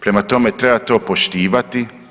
Prema tome, treba to poštivati.